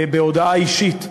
בהודעה אישית,